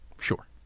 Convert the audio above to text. Sure